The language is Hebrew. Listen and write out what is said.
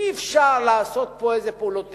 אי-אפשר לעשות פה איזה פעולות טכניות.